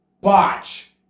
botch